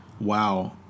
Wow